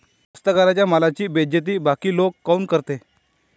कास्तकाराइच्या मालाची बेइज्जती बाकी लोक काऊन करते?